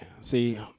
See